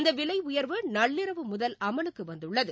இந்தவிலைஉயர்வு நள்ளிரவு முதல் அமலுக்குவந்துள்ளது